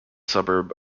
suburb